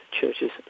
churches